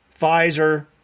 Pfizer